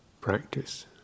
practice